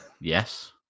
Yes